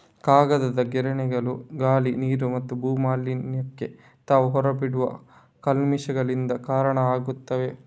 ಕಾಗದದ ಗಿರಣಿಗಳು ಗಾಳಿ, ನೀರು ಮತ್ತು ಭೂ ಮಾಲಿನ್ಯಕ್ಕೆ ತಾವು ಹೊರ ಬಿಡುವ ಕಲ್ಮಶಗಳಿಂದ ಕಾರಣ ಆಗ್ತವೆ